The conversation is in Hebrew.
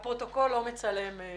אוחזים.